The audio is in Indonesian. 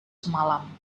semalam